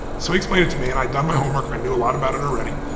so he explained it to me and i'd done my homework, i knew a lot about it already.